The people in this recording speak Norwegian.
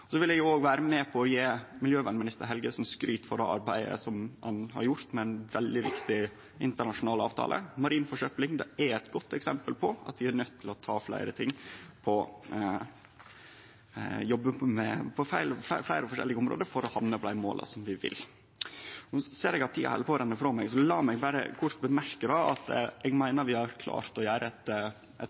Så vil eg òg vere med på å gje miljøminister Helgesen skryt for arbeidet som han har gjort med ein veldig viktig internasjonal avtale. Marin forsøpling er eit godt eksempel på at vi er nøydde til å jobbe på fleire forskjellige område for å nå dei måla vi vil. Nå ser eg at tida held på å renne frå meg, så lat meg berre kort seie at eg meiner vi har klart å gjere budsjettet betre, og at vi har eit